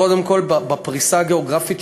קודם כול בפריסה הגיאוגרפית,